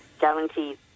guaranteed